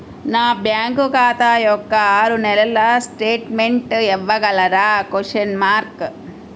నా బ్యాంకు ఖాతా యొక్క ఆరు నెలల స్టేట్మెంట్ ఇవ్వగలరా?